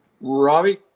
Robbie